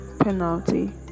penalty